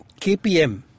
KPM